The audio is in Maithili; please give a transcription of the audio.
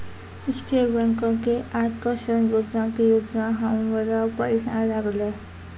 स्टैट बैंको के आटो ऋण योजना के योजना हमरा बढ़िया लागलै